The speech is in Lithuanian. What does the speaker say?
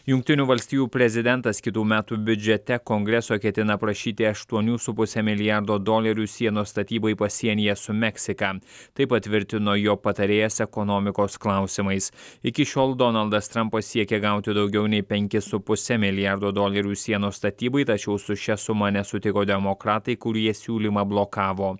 jungtinių valstijų prezidentas kitų metų biudžete kongreso ketina prašyti aštuonių su puse milijardo dolerių sienos statybai pasienyje su meksika tai patvirtino jo patarėjas ekonomikos klausimais iki šiol donaldas trampas siekė gauti daugiau nei penkis su puse milijardo dolerių sienos statybai tačiau su šia suma nesutiko demokratai kurie siūlymą blokavo